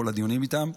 בכל הדיונים איתם.